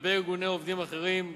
לגבי ארגוני עובדים אחרים,